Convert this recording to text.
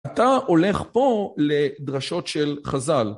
אתה הולך פה לדרשות של חז"ל.